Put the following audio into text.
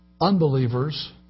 unbelievers